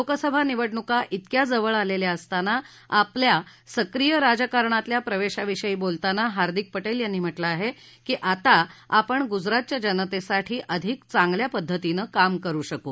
लोकसभा निवडणुका त्रिक्या जवळ आलेल्या असताना आपल्या सक्रिय राजकारणातल्या प्रवेशाविषयी बोलताना हार्दिक पटेल यांनी म्हटलं आहे की आता आपण गुजरातच्या जनतेसाठी अधिक चांगल्या पद्धतीनं काम करु शकू